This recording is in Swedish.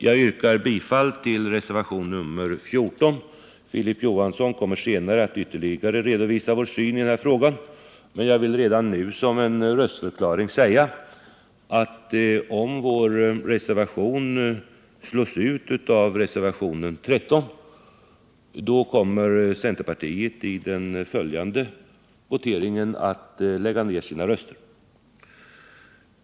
Jag yrkar bifall till reservationen 14. Filip Johansson kommer senare att ytterligare redovisa vår syn på denna fråga. Som en röstförklaring vill jag redan nu säga att om vår reservation slås ut av reservationen 13, kommer centerpartiet i den följande voteringen att lägga ned sina röster.